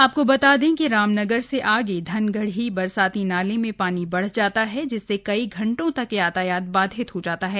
आपको बता दें कि रामनगर से आगे धनगढ़ी बरसाती नाले में पानी बढ़ जाता है जिससे कई घंटों तक यातायात बाधित हो जाता है